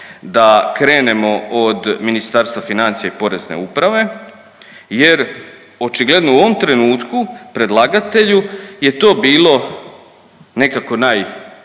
da krenemo od Ministarstva financija i Porezne uprave jer očigledno u ovom trenutku predlagatelju je to bilo nekako naj, pa ja